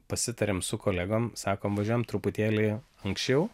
pasitarėm su kolegom sakom važiuojam truputėlį anksčiau